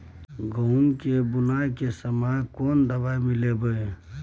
गहूम के बुनाई के समय केना दवाई मिलैबे?